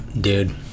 Dude